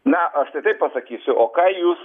na aš tai taip pasakysiu o ką jūs